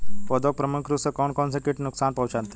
पौधों को प्रमुख रूप से कौन कौन से कीट नुकसान पहुंचाते हैं?